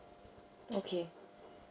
okay